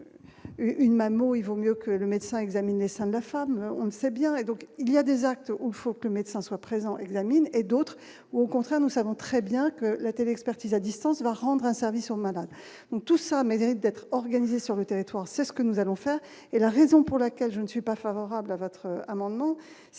une même mot, il vaut mieux que le médecin a examiné 5 de la femme, on ne sait bien et donc il y a des actes ou il faut que le médecin soit présent examine et d'autres ou, au contraire, nous savons très bien que la télé-expertise à distance va rendre un service aux malades, donc tout ça mais vient d'être organisé sur le territoire, c'est ce que nous allons faire et la raison pour laquelle je ne suis pas favorable à votre amendement c'est